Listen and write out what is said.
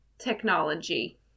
technology